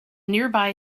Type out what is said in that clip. nearby